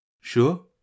Sure